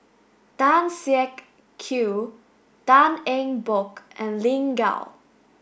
Tan Siak Kew Tan Eng Bock and Lin Gao